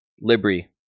Libri